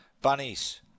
Bunnies